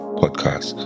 podcast